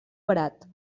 barat